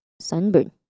sunburn